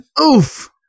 Oof